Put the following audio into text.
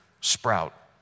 sprout